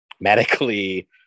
medically